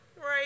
Right